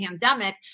pandemic